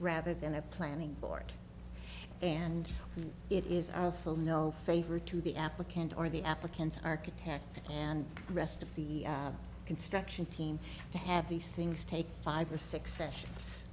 rather than a planning board and it is also no favor to the applicant or the applicants architect and the rest of the construction team to have these things take five or six sessions